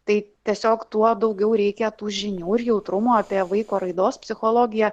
tai tiesiog tuo daugiau reikia tų žinių ir jautrumo apie vaiko raidos psichologiją